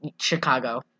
Chicago